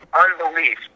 unbelief